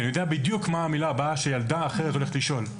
כי אני יודע בדיוק מה המילה הבאה שילדה אחרת הולכת לשאול.